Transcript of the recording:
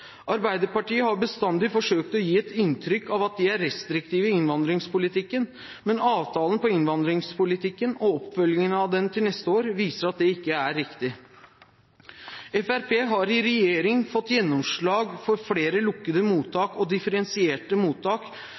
Arbeiderpartiet har bestandig forsøkt å gi et inntrykk av at de er restriktive i innvandringspolitikken, men avtalen om innvandringspolitikken og oppfølgingen av den til neste år viser at det ikke er riktig. Fremskrittspartiet har i regjering fått gjennomslag for flere lukkede mottak og differensierte mottak,